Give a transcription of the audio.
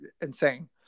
insane